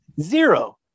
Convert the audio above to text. Zero